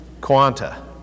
quanta